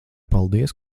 paldies